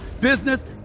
business